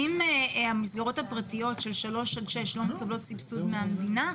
האם המסגרות הפרטיות של שלוש עד שש לא מקבלות סבסוד מהמדינה?